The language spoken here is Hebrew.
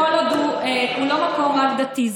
כל עוד הוא מקום שאינו רק דתי,